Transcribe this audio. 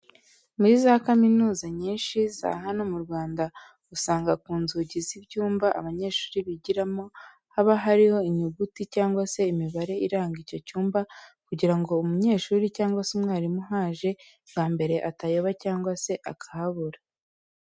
Muri za kaminuza nyinshi za hano mu Rwanda, usanga ku nzugi z'ibyumba abanyeshuri bigiramo, haba hariho inyuguti cyangwa se imibare iranga icyo cyumba kugira ngo umunyeshuri cyangwa se umwarimu uhaje bwa mbere atayoba cyangwa se akahabura.